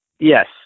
Yes